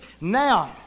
Now